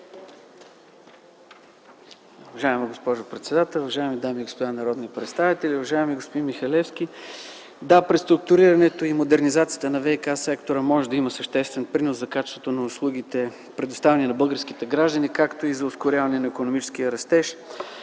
Уважаема госпожо председател, уважаеми дами и господа народни представители, уважаеми господин Михалевски! Да, преструктурирането и модернизацията на ВиК-сектора може да има съществен принос за качеството на услугите, предоставени на българските граждани, както и за ускоряване на икономическия растеж.